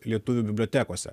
lietuvių bibliotekose